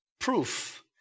Proof